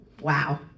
wow